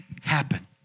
happen